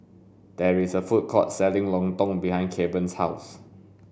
there is a food court selling lontong behind Kevan's house